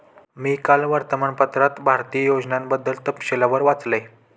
मी काल वर्तमानपत्रात भारतीय योजनांबद्दल तपशीलवार वाचले